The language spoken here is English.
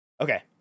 Okay